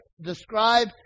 describe